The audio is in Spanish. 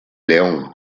león